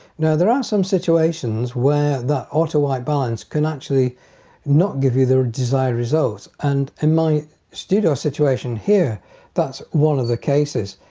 now there are some situations where the auto white balance can actually not give you the desired results and in my studio situation here that's one of the cases.